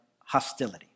hostility